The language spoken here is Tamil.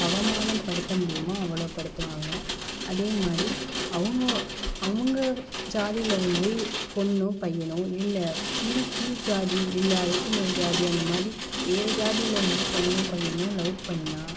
அவமானம்ப்படுத்த முடியுமோ அவ்வளோ படுத்துவாங்க அதேமாதிரி அவங்க அவங்க ஜாதியிலேருந்து பொண்ணோ பையனோ இல்லை இன்னும் கீழ்ஜாதி இல்லை அதுக்கும் மேல்ஜாதி அந்தமாதிரி வேறு ஜாதியிலேருந்து பொண்ணோ பையனோ லவ் பண்ணா